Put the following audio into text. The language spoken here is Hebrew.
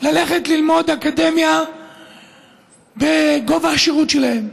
ללכת ללמוד באקדמיה בגובה השירות שלהם.